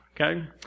Okay